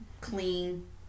clean